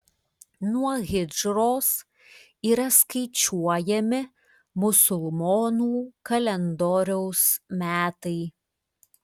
nuo hidžros yra skaičiuojami musulmonų kalendoriaus metai